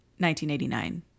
1989